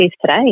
today